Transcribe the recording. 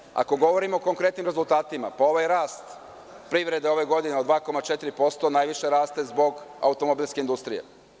Druga stvar, ako govorimo o konkretnim rezultatima, pa ovaj rast privrede ove godine od 2,4% najviše raste zbog automobilske industrije.